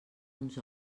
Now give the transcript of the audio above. uns